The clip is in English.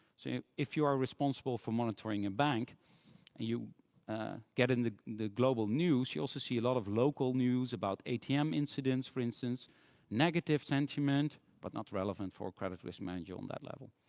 so if you are responsible for monitoring a bank and you're getting the the global news, you also see a lot of local news about atm incidents, for instance negative sentiment but not relevant for a credit risk manager on that level.